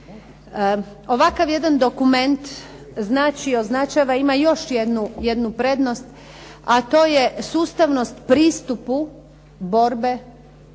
Ovakav jedan dokument znači i označava i ima još jednu prednost, a to je sustavnost pristupu borbe